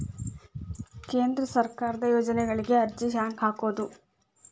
ಕೇಂದ್ರ ಸರ್ಕಾರದ ಯೋಜನೆಗಳಿಗೆ ಅರ್ಜಿ ಹೆಂಗೆ ಹಾಕೋದು?